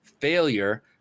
failure